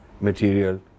material